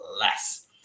less